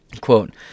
Quote